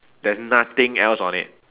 there's nothing else on it